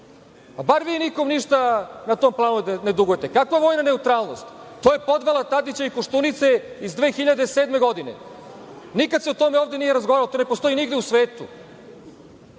Bar vi nikom ništa na tom planu ne dugujete. Kakva vojna neutralnost? To je podvala Tadića i Koštunice iz 2007. godine. Nikada se o tome ovde nije razgovaralo. To je ne postoji nigde u svetu.